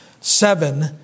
seven